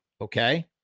Okay